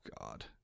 God